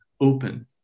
open